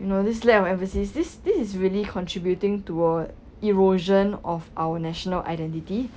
you know this lack of emphasis this this is really contributing toward erosion of our national identity